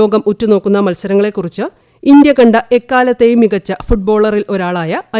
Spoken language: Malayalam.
ലോകം ഉറ്റുനോക്കുന്ന മത്സരങ്ങളെക്കുറിച്ച് ഇന്ത്യ കണ്ട എക്കാലത്തേയും മികച്ച ഫുട്ബോളറിലൊരാളായ ഐ